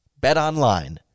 BetOnline